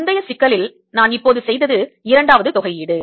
முந்தைய சிக்கலில் நான் இப்போது செய்தது இரண்டாவது தொகையீடு